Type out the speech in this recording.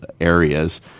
areas